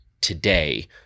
today